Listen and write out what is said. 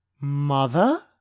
Mother